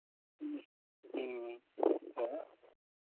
ᱦᱮᱸ ᱦᱮᱸ ᱦᱳᱭ